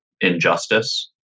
injustice